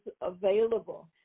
available